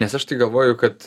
nes aš galvoju kad